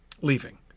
leaving